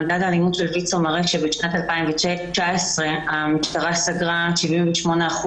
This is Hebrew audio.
מרכז האלימות של ויצ"ו מראה שבשנת 2019 המשטרה סגרה 78%